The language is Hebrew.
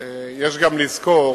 יש גם לזכור